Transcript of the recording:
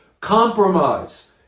Compromise